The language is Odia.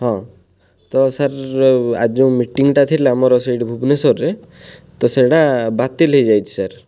ହଁ ତ ସାର୍ ଆଜି ଯେଉଁ ମିଟିଂଟା ଥିଲା ମୋର ସେଇଠି ଭୁବନେଶ୍ୱରରେ ତ ସେଇଟା ବାତିଲ ହୋଇଯାଇଛି ସାର୍